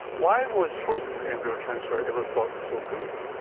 why was frozen embryo transfer ever thought so good?